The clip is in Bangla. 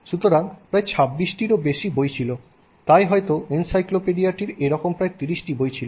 সুতরাং প্রায় 26 টিরও বেশি বই ছিল তাই হয়তো এনসাইক্লোপিডিয়াটির এরকম প্রায় 30 টি বই ছিল